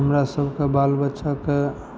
हमरासबके बालबच्चाके